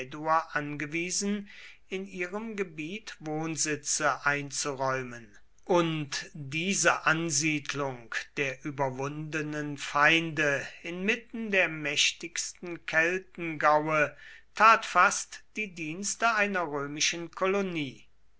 angewiesen in ihrem gebiet wohnsitze einzuräumen und diese ansiedlung der überwundenen feinde inmitten der mächtigsten kettengaue tat fast die dienste einer römischen kolonie